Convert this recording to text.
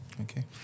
okay